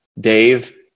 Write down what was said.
Dave